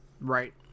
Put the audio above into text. Right